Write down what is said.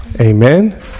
Amen